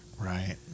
Right